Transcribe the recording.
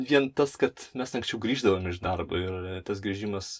vien tas kad mes anksčiau grįždavom iš darbo ir tas grįžimas